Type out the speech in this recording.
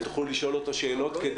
ותוכלו לשאול אותו שאלות.